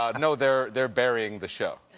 ah no, they're they're burying the show.